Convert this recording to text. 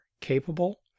capable